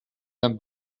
them